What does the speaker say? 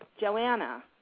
Joanna